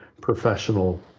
professional